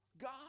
God